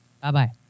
Bye-bye